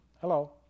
Hello